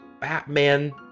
Batman